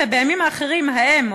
ובימים אחרים האם,